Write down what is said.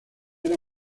era